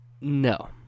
No